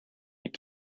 and